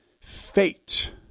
fate